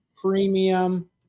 premium